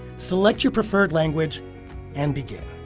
select your preferred language and begin.